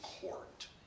court